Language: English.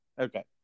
Okay